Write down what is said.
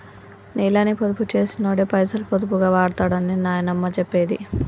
నీళ్ళని పొదుపు చేసినోడే పైసలు పొదుపుగా వాడుతడని నాయనమ్మ చెప్పేది